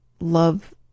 love